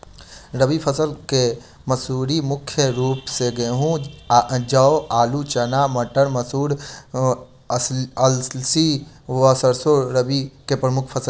रबी फसल केँ मसूरी मुख्य रूप सँ गेंहूँ, जौ, आलु,, चना, मसूर, अलसी, मटर व सैरसो रबी की प्रमुख फसल छै